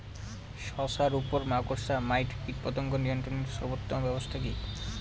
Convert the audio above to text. শশার উপর মাকড়সা মাইট কীটপতঙ্গ নিয়ন্ত্রণের সর্বোত্তম ব্যবস্থা কি?